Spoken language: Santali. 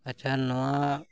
ᱟᱪᱪᱷᱟ ᱱᱚᱣᱟ